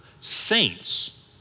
saints